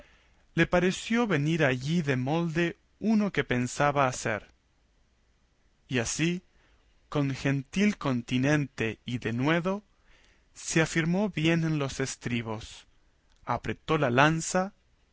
le pareció venir allí de molde uno que pensaba hacer y así con gentil continente y denuedo se afirmó bien en los estribos apretó la lanza